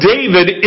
David